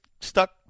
stuck